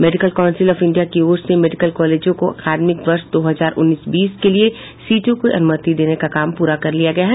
medical council of India की ओर से मेडिकल कॉलेजों को अकादमिक वर्ष दो हजार उन्नीस बीस के लिये सीटों का अनुमति देने का काम प्ररा कर लिया है